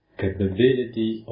capability